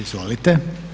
Izvolite.